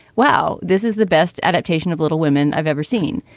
wow, this is the best adaptation of little women i've ever seen.